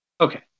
Okay